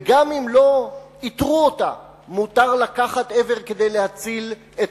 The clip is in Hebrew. וגם אם לא איתרו אותה מותר לקחת איבר כדי להציל את